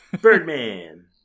Birdman